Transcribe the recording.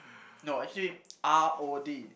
no actually R_O_D